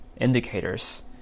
indicators